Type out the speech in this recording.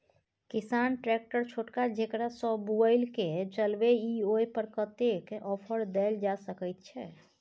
किसान ट्रैक्टर छोटका जेकरा सौ बुईल के चलबे इ ओय पर कतेक ऑफर दैल जा सकेत छै?